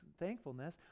thankfulness